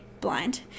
blind